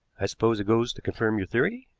i suppose it goes to confirm your theory?